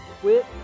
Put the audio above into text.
Quit